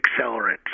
accelerant